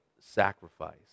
sacrifice